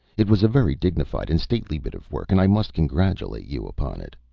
it was a very dignified and stately bit of work, and i must congratulate you upon it.